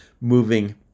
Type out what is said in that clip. moving